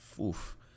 oof